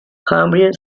cambridge